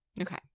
Okay